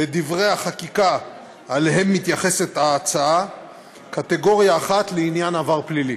בדברי החקיקה שאליהם מתייחסת ההצעה קטגוריה אחת לעניין עבר פלילי.